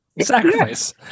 sacrifice